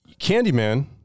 Candyman